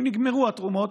אם נגמרו התרומות,